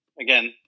again